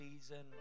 season